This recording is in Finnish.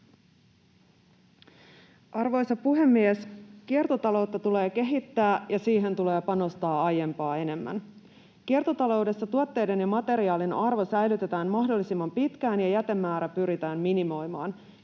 Arvoisa puhemies! Kiertotaloutta tulee kehittää, ja siihen tulee panostaa aiempaa enemmän. Kiertotaloudessa tuotteiden ja materiaalin arvo säilytetään mahdollisimman pitkään ja jätemäärä pyritään minimoimaan.